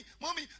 mommy